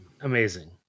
Amazing